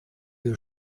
you